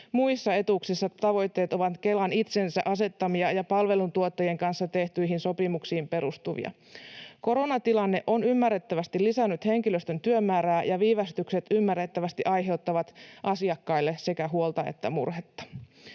Muissa etuuksissa tavoitteet ovat Kelan itsensä asettamia ja palveluntuottajien kanssa tehtyihin sopimuksiin perustuvia. Koronatilanne on ymmärrettävästi lisännyt henkilöstön työmäärää, ja viivästykset ymmärrettävästi aiheuttavat asiakkaille sekä huolta että murhetta.